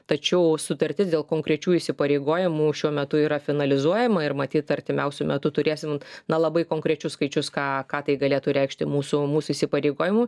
tačiau sutartis dėl konkrečių įsipareigojimų šiuo metu yra finalizuojama ir matyt artimiausiu metu turėsim na labai konkrečius skaičius ką ką tai galėtų reikšti mūsų mūsų įsipareigojimui